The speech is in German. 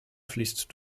fließt